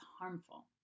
harmful